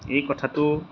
এই কথাটো